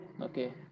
okay